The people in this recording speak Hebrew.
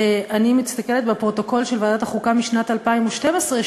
אני מסתכלת בפרוטוקול של ועדת החוקה משנת 2012,